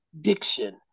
diction